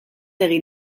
egin